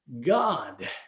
God